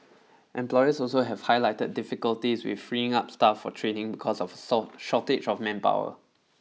employers also have highlighted difficulties with freeing up staff for trading because of a soul shortage of manpower